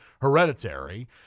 Hereditary